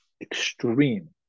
extreme